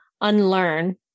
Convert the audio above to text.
unlearn